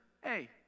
hey